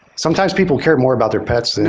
sometimes people care more about their pets